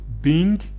Bing